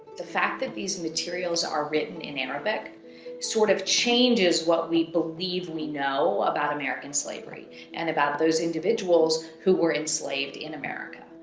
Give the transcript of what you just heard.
fact that these materials are written in arabic sort of changes what we believe we know about american slavery and about those individuals who were enslaved in america.